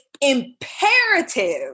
imperative